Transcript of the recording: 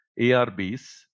ARBs